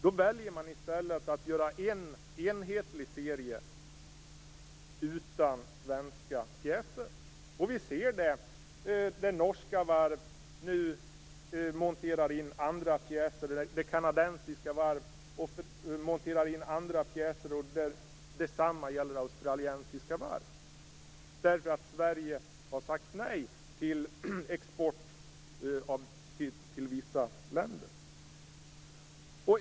Då väljer man i stället att göra en enhetlig serie utan svenska pjäser. Vi ser hur norska varv nu monterar in andra pjäser. Kanadensiska varv monterar in andra pjäser. Detsamma gäller australiensiska varv, därför att Sverige har sagt nej till export till vissa länder.